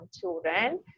children